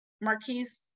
Marquise